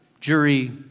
jury